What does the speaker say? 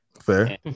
Fair